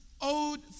owed